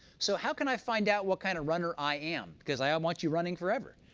so how can i find out what kind of runner i am, because i um want you running forever.